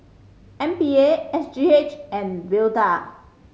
M P A S G H and Vital